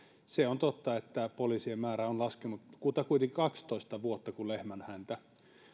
se on totta että poliisien määrä on laskenut kutakuinkin kaksitoista vuotta kuin lehmänhäntä